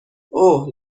اوه